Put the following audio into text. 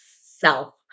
self